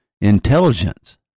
intelligence